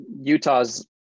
utah's